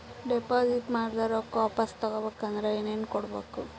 Deposit ಮಾಡಿದ ರೊಕ್ಕ ವಾಪಸ್ ತಗೊಬೇಕಾದ್ರ ಏನೇನು ಕೊಡಬೇಕು?